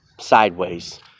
sideways